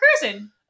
cruising